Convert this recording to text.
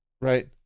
right